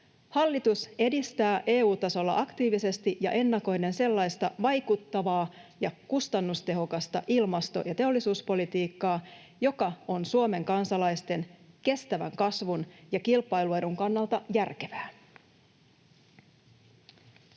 Hallitus edistää EU-tasolla aktiivisesti ja ennakoiden sellaista vaikuttavaa ja kustannustehokasta ilmasto- ja teollisuuspolitiikkaa, joka on Suomen kansalaisten kestävän kasvun ja kilpailuedun kannalta järkevää.